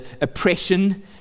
oppression